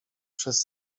przez